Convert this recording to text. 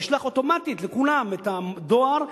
וישלח אוטומטית לכולם את הדואר,